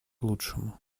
лучшему